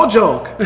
joke